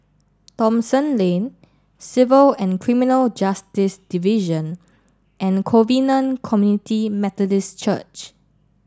Thomson Lane Civil and Criminal Justice Division and Covenant Community Methodist Church